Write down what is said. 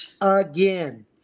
again